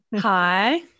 Hi